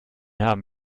haben